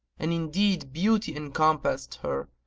and indeed beauty encompassed her,